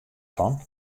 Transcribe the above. fan